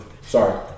Sorry